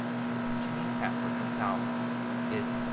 so we hit change password. notice how it